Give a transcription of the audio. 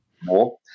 more